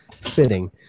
Fitting